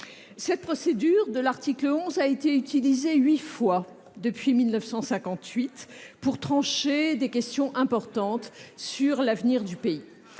Cette procédure a été utilisée huit fois depuis 1958 pour trancher des questions importantes sur l'avenir du pays.